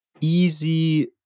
easy